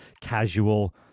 casual